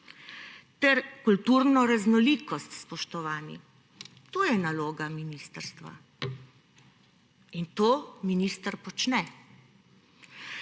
ter kulturno raznolikost, spoštovani. To je naloga ministrstva in to minister počne.